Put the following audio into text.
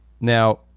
now